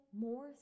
more